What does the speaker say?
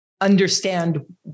understand